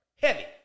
heavy